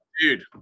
Dude